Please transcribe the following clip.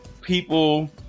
People